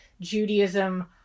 Judaism